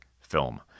film